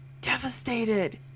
devastated